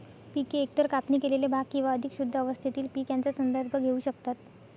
पिके एकतर कापणी केलेले भाग किंवा अधिक शुद्ध अवस्थेतील पीक यांचा संदर्भ घेऊ शकतात